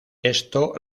esto